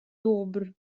добр